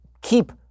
keep